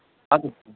ಆಗುತ್ತೆ